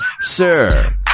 Sir